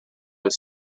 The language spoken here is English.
his